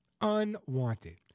Unwanted